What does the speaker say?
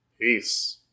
Peace